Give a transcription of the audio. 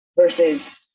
versus